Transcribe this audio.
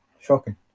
shocking